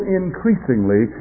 increasingly